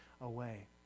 away